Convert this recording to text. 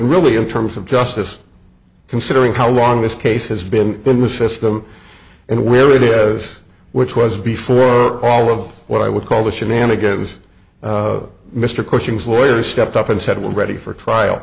really in terms of justice considering how long this case has been in the system and where it is which was before all of what i would call the shenanigans mr cushing's lawyer stepped up and said we're ready for trial